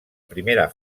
primera